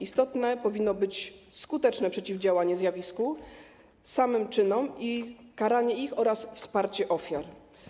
Istotne powinno być skuteczne przeciwdziałanie zjawisku, samym czynom i karanie ich oraz wsparcie ofiar.